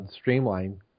streamline